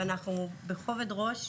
ובכובד ראש,